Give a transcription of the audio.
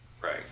right